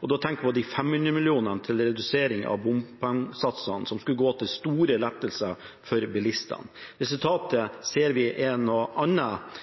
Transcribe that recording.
og da tenker jeg på de 500 mill. kr til reduksjon i bompengesatsene som skulle gå til store lettelser for bilistene. Resultatet ser vi er noe annet.